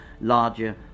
larger